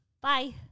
bye